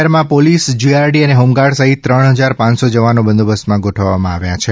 શહેરમાં police GRD અને home guard સહિત ત્રણ હજાર પાંચસો જવાનો બંદોબસ્તમાં ગોઠવવામાં આવ્યા છે